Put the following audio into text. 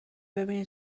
ببینی